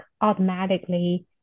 automatically